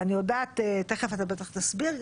ותיכף אתה בטח תסביר,